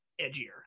edgier